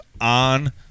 on